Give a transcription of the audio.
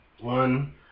One